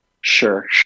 Sure